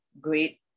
great